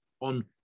on